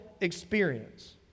experience